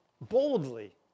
boldly